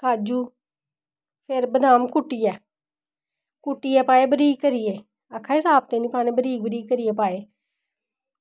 काजू फिर बदाम कुट्टियै कुट्टियै पाये बरीक करियै आक्खदे साबते निं पाने बरीक बरीक करियै पाये